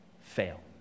fail